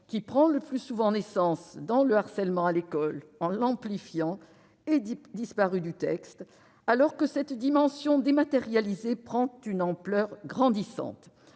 qui prend le plus souvent naissance dans le harcèlement à l'école, en l'amplifiant, ait disparu du texte, alors que cette dimension dématérialisée prend une ampleur grandissante.